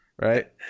right